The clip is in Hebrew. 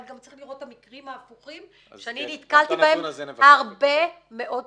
אבל גם צריך לראות את המקרים ההפוכים שאני נתקלתי בהם הרבה מאוד פעמים.